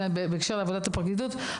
זה בהקשר לעבודת הפרקליטות,